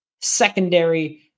Secondary